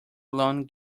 alone